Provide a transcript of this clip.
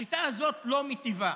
השיטה הזאת לא מיטיבה